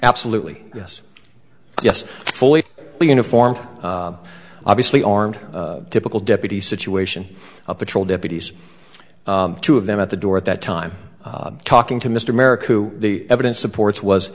absolutely yes yes fully uniformed obviously armed typical deputies situation a patrol deputies two of them at the door at that time talking to mr merrick who the evidence supports was